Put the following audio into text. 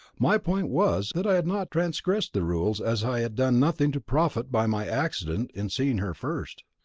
my point was that i had not transgressed the rules as i had done nothing to profit by my accident in seeing her first.